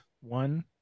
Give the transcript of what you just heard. one